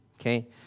okay